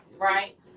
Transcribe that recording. right